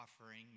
offering